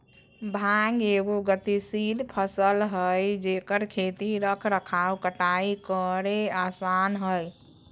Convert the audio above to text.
भांग एगो गतिशील फसल हइ जेकर खेती रख रखाव कटाई करेय आसन हइ